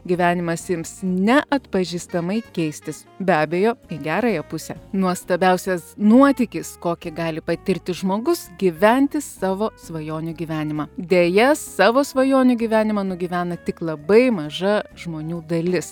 gyvenimas ims neatpažįstamai keistis be abejo į gerąją pusę nuostabiausias nuotykis kokį gali patirti žmogus gyventi savo svajonių gyvenimą deja savo svajonių gyvenimą nugyvena tik labai maža žmonių dalis